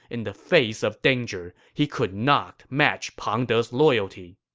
in the face of danger, he could not match pang de's loyalty.